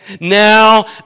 Now